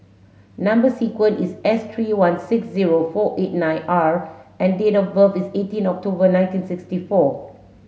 number sequence is S three one six zero four eight nine R and date of birth is eighteen October nineteen sixty four